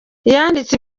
yanditse